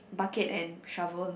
bucket and shovel